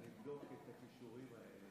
אנחנו נבדוק את הכישורים האלה.